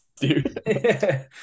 dude